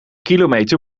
kilometer